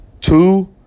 Two